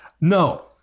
No